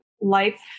life